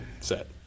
set